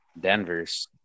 Denver's